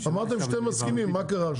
אמרתם שאתם מסכימים, מה קרה עכשיו?